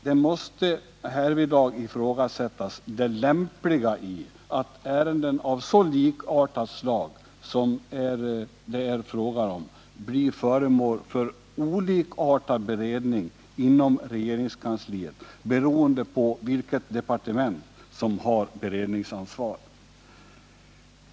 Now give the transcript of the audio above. Man måste ifrågasätta det lämpliga i att ärenden av så likartat slag som det här är fråga om blir föremål för olikartad beredning inom regeringskansliet beroende på vilket departement som har beredningsansvaret.